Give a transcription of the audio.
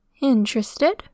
Interested